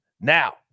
now